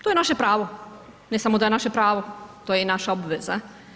To je naše pravo, ne samo da je naše pravo, to je i naša obveza.